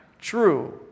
True